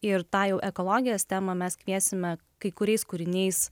ir tajų ekologijos temą mes kviesime kai kuriais kūriniais